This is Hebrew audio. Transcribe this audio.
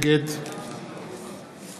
נגד יוסי יונה, בעד שלי יחימוביץ,